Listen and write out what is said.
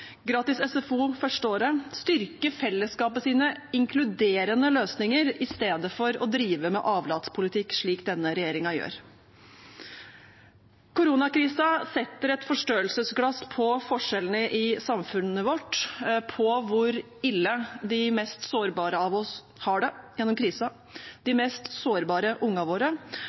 gratis SFO det første året, styrke fellesskapets inkluderende løsninger i stedet for å drive med avlatspolitikk, slik denne regjeringen gjør. Koronakrisen setter et forstørrelsesglass på forskjellene i samfunnet vårt, på hvor ille de mest sårbare av oss har det gjennom krisen, de mest sårbare ungene våre,